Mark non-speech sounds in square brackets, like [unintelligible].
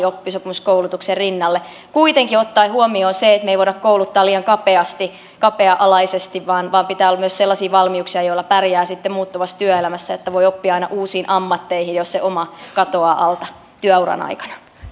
[unintelligible] oppisopimuskoulutuksen rinnalle kuitenkin ottaen huomioon sen että me emme voi kouluttaa liian kapea alaisesti vaan vaan pitää olla myös sellaisia valmiuksia joilla pärjää sitten muuttuvassa työelämässä että voi oppia aina uusiin ammatteihin jos se oma katoaa alta työuran aikana